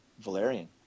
Valerian